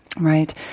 Right